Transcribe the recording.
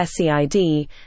scid